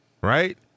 Right